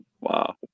Wow